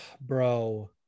Bro